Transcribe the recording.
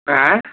हाँ